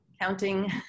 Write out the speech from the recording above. counting